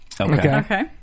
Okay